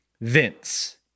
Vince